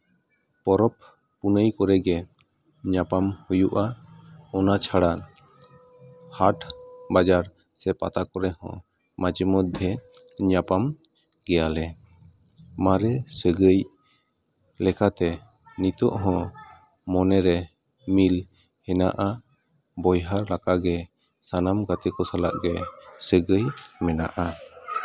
ᱯᱚᱨᱚᱵᱽ ᱯᱩᱱᱟᱹᱭ ᱠᱚᱨᱮᱜᱮ ᱧᱟᱯᱟᱢ ᱦᱩᱭᱩᱜᱼᱟ ᱚᱱᱟ ᱪᱷᱟᱲᱟ ᱦᱟᱴ ᱵᱟᱡᱟᱨ ᱥᱮ ᱯᱟᱛᱟ ᱠᱚᱨᱮ ᱦᱚᱸ ᱢᱟᱡᱷᱮ ᱢᱚᱫᱽᱫᱷᱮ ᱧᱟᱯᱟᱢ ᱜᱮᱭᱟᱞᱮ ᱢᱟᱨᱮ ᱥᱟᱹᱜᱟᱹᱭ ᱞᱮᱠᱟᱛᱮ ᱱᱤᱛᱚᱜ ᱦᱚᱸ ᱢᱚᱱᱮᱨᱮ ᱢᱤᱞ ᱢᱮᱱᱟᱜᱼᱟ ᱵᱚᱭᱦᱟ ᱞᱮᱠᱟᱜᱮ ᱥᱟᱱᱟᱢ ᱜᱟᱛᱮ ᱠᱚ ᱥᱟᱞᱟᱜ ᱜᱮ ᱥᱟᱹᱜᱟᱹᱭ ᱢᱮᱱᱟᱜᱼᱟ